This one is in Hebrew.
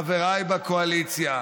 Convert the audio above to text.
חבריי בקואליציה,